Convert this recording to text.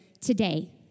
today